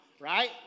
right